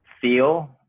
feel